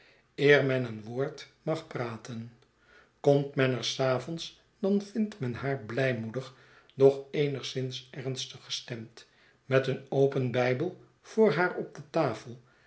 eer men een woord mag praten komt men er s avonds dan vindt men haar blijmoedig doch eenigszins ernstig gestemd met een open bijbel voor haar op de tafel